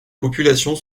populations